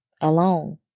alone